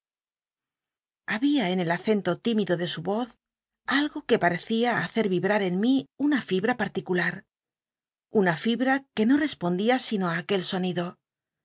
ilabia en el acento tímido de su yoz algo c ue parecía bacci ibrar en mí una fllwa particulrn una fibra que no respond ía sino i aquel sonido